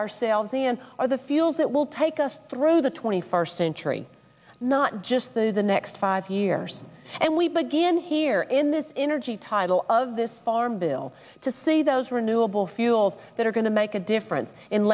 ourselves and are the fuels that will take us through the twenty first century not just through the next five years and we begin here in this energy title of this farm bill to see those renewable fuels that are going to make a difference in